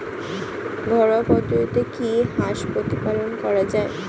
ঘরোয়া পদ্ধতিতে কি হাঁস প্রতিপালন করা যায়?